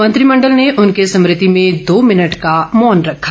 मंत्रिमंडल ने उनकी स्मृति में दो भिनट का मौन रखा